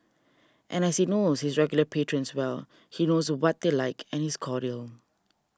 and as he knows his regular patrons well he knows what they like and is cordial